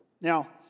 Now